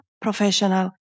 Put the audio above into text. professional